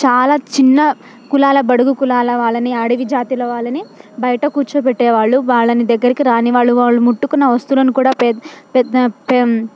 చాలా చిన్న కులాల బడుగు కులాల వాళ్ళని అడవి జాతిల వాళ్ళని బయట కూర్చోబెట్టేవాళ్ళు వాళ్ళని దగ్గరికి రానివాళ్లు వాళ్ళు ముట్టుకున్న వస్తువులను కూడాపె పెద్ద పెం